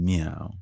meow